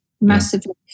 Massively